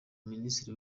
minisitiri